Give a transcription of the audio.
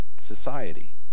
society